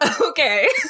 Okay